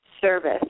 service